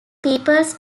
peoples